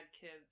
kids